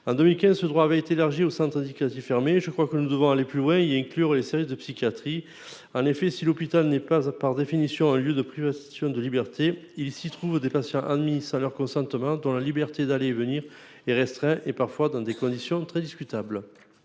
En 2015, ce droit avait été élargi aux centres éducatifs fermés. Je crois que nous devons aller plus loin et inclure les services de psychiatrie. En effet, si l'hôpital n'est pas, par définition, un lieu de privation de liberté, il s'y trouve des patients admis sans leur consentement et dont la liberté d'aller et venir est restreinte, parfois dans des conditions très discutables.